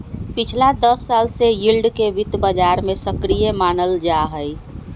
पिछला दस साल से यील्ड के वित्त बाजार में सक्रिय मानल जाहई